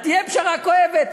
תהיה פשרה כואבת.